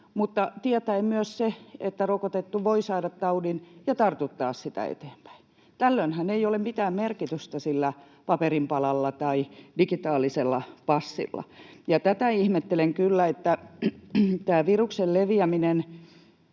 tietäen myös sen, että rokotettu voi saada taudin ja tartuttaa sitä eteenpäin? Tällöinhän ei ole mitään merkitystä sillä paperinpalalla tai digitaalisella passilla. Ja ihmettelen kyllä tämän viruksen leviämisen